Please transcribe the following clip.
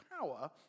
power